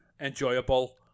enjoyable